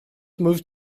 moved